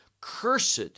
cursed